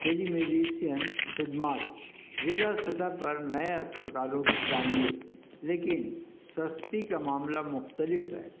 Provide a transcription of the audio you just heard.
ٹیلی medicine خدمات ضلع سطح پر نئے اسپتالوں کی تعمیر لیکن سستی کا معاملہ مختلف ہے